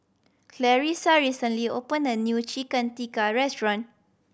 Clarissa recently opened a new Chicken Tikka restaurant